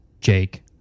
Jake